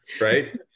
right